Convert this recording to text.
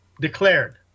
declared